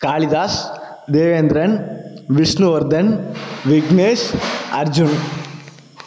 Kalidas Devendran Vishnuvardhan Vignesh Arjun